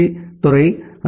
இ துறை ஐ